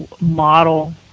model